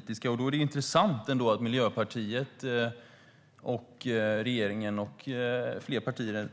Det är intressant att Miljöpartiet, regeringen och fler partier